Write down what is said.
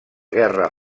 guerra